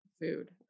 Food